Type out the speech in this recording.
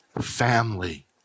Family